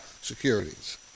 securities